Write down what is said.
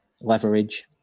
leverage